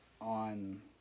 on